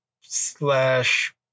slash